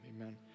Amen